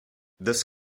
this